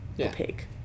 opaque